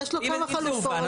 יש לו כמה חלופות.